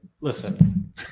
listen